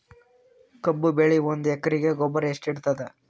ಕಬ್ಬು ಬೆಳಿ ಒಂದ್ ಎಕರಿಗಿ ಗೊಬ್ಬರ ಎಷ್ಟು ಹಿಡೀತದ?